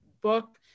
book